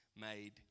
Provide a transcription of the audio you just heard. made